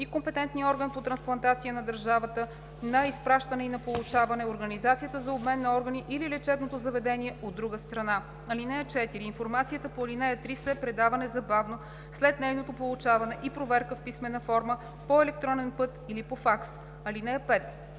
и компетентния орган по трансплантация на държавата на изпращане и на получаване, организацията за обмен на органи или лечебно заведение, от друга страна. (4) Информацията по ал. 3 се предава незабавно след нейното получаване и проверка в писмена форма по електронен път или по факс. (5)